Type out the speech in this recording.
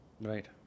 Right